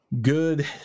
Good